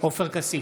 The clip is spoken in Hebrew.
עופר כסיף,